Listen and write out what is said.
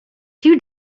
two